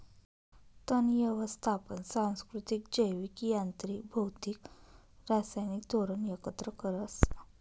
तण यवस्थापन सांस्कृतिक, जैविक, यांत्रिक, भौतिक, रासायनिक धोरण एकत्र करस